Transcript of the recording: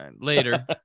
Later